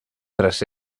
tras